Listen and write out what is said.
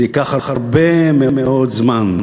זה ייקח הרבה מאוד זמן.